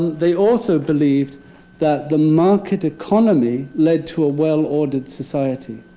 they also believed that the market economy led to a well-ordered society.